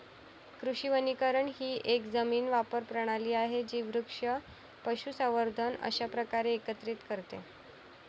कृषी वनीकरण ही एक जमीन वापर प्रणाली आहे जी वृक्ष, पशुसंवर्धन अशा प्रकारे एकत्रित करते